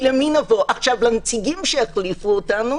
לנציגים שהחליפו אותנו